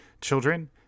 children